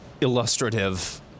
illustrative